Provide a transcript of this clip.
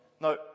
No